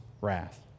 wrath